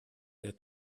der